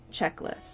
checklist